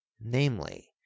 namely